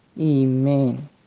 Amen